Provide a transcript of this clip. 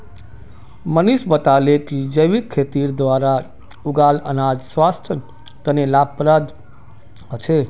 मनीष बताले कि जैविक खेतीर द्वारा उगाल अनाज स्वास्थ्य तने लाभप्रद ह छे